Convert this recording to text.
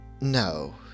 No